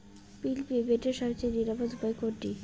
বিল পেমেন্টের সবচেয়ে নিরাপদ উপায় কোনটি?